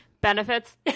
Benefits